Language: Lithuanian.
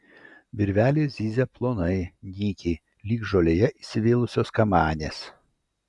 virvelės zyzia plonai nykiai lyg žolėje įsivėlusios kamanės